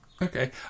Okay